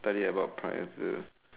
studied about prior to